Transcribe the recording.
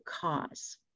cause